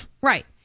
Right